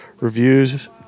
reviews